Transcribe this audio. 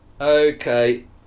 Okay